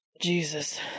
Jesus